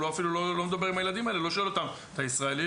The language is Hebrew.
והוא אפילו לא מדבר עם הילדים האלה ולא שואל אותם: "אתה ישראלי?